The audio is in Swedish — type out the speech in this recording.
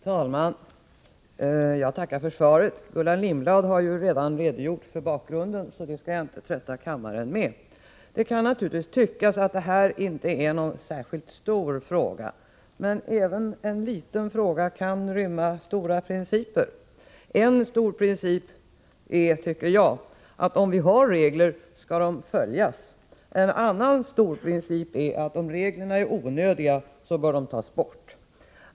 Herr talman! Jag tackar för svaret. Gullan Lindblad har redan redogjort för bakgrunden, så den skall jag inte trötta kammaren med. Det kan naturligtvis tyckas att det här inte är någon särskilt stor fråga. Men även en liten fråga kan rymma stora principer. En stor princip är, tycker jag, att om vi har regler skall de följas. En annan stor princip är att om reglerna är onödiga bör de tas bort.